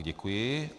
Děkuji.